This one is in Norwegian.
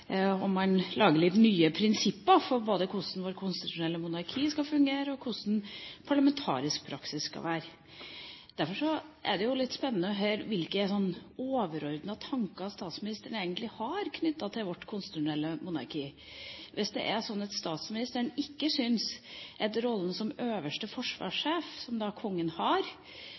nye prinsipper for både hvordan det konstitusjonelle monarkiet skal fungere og hvordan parlamentarisk praksis skal være. Derfor er det litt spennende å høre hvilke overordnede tanker statsministeren egentlig har knyttet til vårt konstitusjonelle monarki. Hvis det er slik at statsministeren syns at rollen som øverste forsvarssjef, som kongen har